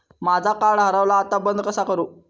माझा कार्ड हरवला आता बंद कसा करू?